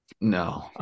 No